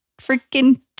freaking